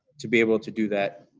to be able to do that.